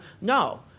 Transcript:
No